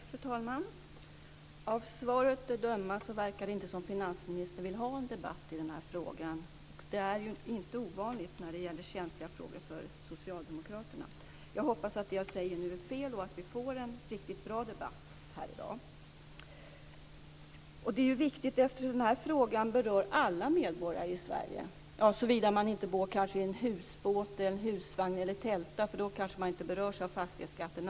Fru talman! Av svaret att döma verkar det som om finansministern inte vill ha en debatt i den här frågan. Det är inte ovanligt när det gäller känsliga frågor för socialdemokraterna. Jag hoppas att det jag säger nu är fel och att vi får en bra debatt här i dag. Det är viktigt, eftersom den här frågan berör alla medborgare i Sverige - såvida man inte bor i en husbåt, husvagn eller tält, då man kanske inte berörs av fastighetsskatten.